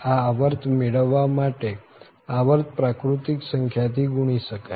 આ આવર્ત મેળવવા માટે આવર્ત પ્રાકૃતિક સંખ્યા થી ગુણી શકાય